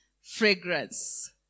fragrance